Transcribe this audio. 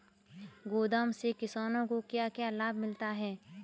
गोदाम से किसानों को क्या क्या लाभ मिलता है?